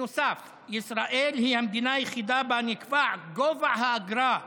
נוסף על כך ישראל היא המדינה היחידה שבה נקבע גובה האגרה,